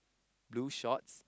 blue shorts